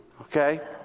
okay